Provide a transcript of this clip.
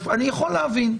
אני יכול להבין.